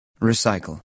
Recycle